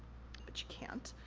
but you can't.